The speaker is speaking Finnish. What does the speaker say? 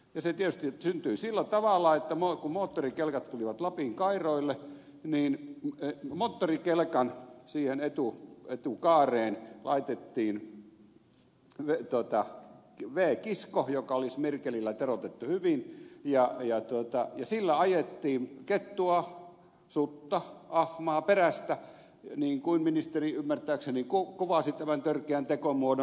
se tietysti syntyi sillä tavalla että kun moottorikelkat tulivat lapin kairoille niin siihen moottorikelkan etukaareen laitettiin v kisko joka oli smirgelillä teroitettu hyvin ja sillä ajettiin kettua sutta ahmaa perästä niin kuin ministeri ymmärtääkseni kuvasi tämän törkeän tekomuodon